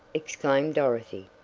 exclaimed dorothy.